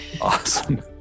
Awesome